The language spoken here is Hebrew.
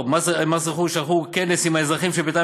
מס רכוש ערכו כנס עם האזרחים שביתם